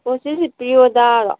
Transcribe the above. ꯑꯣ ꯁꯤꯁꯤ ꯄ꯭ꯔꯤꯌꯣꯗꯥꯔꯣ